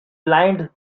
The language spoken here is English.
lined